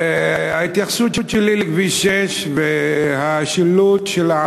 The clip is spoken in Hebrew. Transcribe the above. ההתייחסות שלי היא לכביש 6 והשילוט לגבי